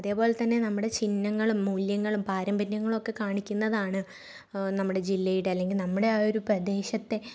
അതേപോലെ തന്നെ നമ്മുടെ ചിഹ്നങ്ങളും മൂല്യങ്ങളും പാരമ്പര്യങ്ങളുമൊക്കെ കാണിക്കുന്നതാണ് നമ്മുടെ ജില്ലയുടെ അല്ലെങ്കിൽ നമ്മുടെ ആ ഒരു പ്രദേശത്തെ